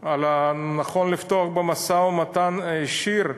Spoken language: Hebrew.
נכון לפתוח במשא-ומתן ישיר,